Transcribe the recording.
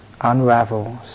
unravels